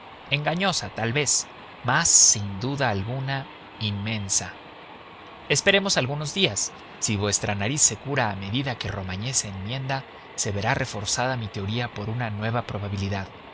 engañosa tal vez mas sin duda alguna inmensa esperemos algunos días si vuestra nariz se cura a medida que romagné se enmienda se verá reforzada mi teoría por una nueva probabilidad